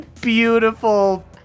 beautiful